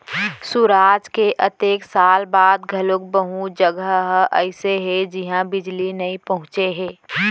सुराज के अतेक साल बाद घलोक बहुत जघा ह अइसे हे जिहां बिजली नइ पहुंचे हे